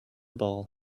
ball